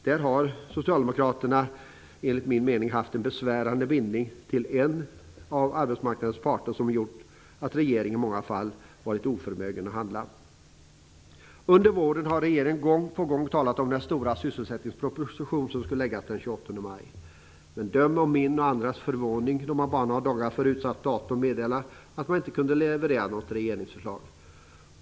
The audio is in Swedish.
Där har Socialdemokraterna enligt min mening haft en besvärande bindning till en av arbetsmarknadens parter som gjort regeringen i många fall oförmögen att handla. Under våren har regeringen gång på gång talat om den stora sysselsättningsproposition som skulle läggas fram den 28 maj. Men döm om min och andras förvåning då man bara några dagar före utsatt datum meddelade att man inte kunde leverera något regeringsförslag.